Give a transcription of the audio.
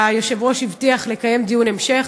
והיושב-ראש הבטיח לקיים דיון המשך.